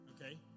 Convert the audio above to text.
okay